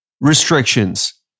restrictions